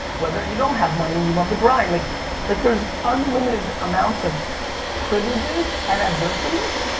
whether you don't have money and you love the grind. like like there's unlimited amounts of privileges and adversities,